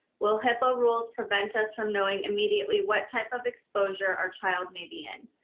will hippa rules prevent us from knowing immediately what type of exposure our child may be in?